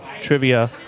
Trivia